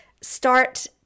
start